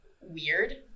weird